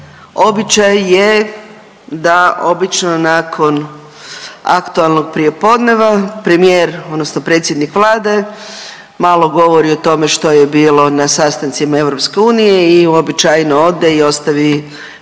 običaj je da obično nakon aktualnog prijepodneva premijer odnosno predsjednik Vlade malo govori o tome što je bilo na sastancima EU i uobičajeno ode i ostavi ministra